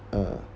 uh